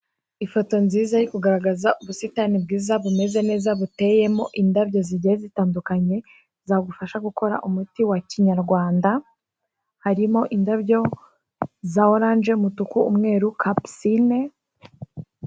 Ifoto nziza irimo kugaragaza ubusitani bwiza, bumeze neza buteyemo indabyo zigiye zitandukanye zagufasha gukora umuti wa kinyarwanda. harimo indabyo za orange, umutuku, umweru na kapusine.